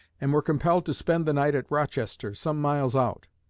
and were compelled to spend the night at rochester, some miles out.